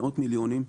מאות מיליונים.